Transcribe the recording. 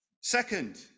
Second